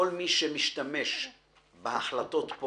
כל מי שמשתמש בהחלטות פה